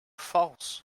false